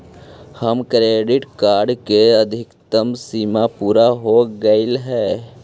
हमर credit card के अधिकतम सीमा पूरा हो गेलई हे